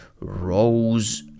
rose